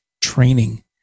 training